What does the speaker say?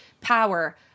power